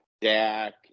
Dak